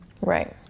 right